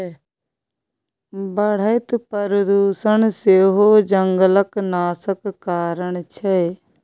बढ़ैत प्रदुषण सेहो जंगलक नाशक कारण छै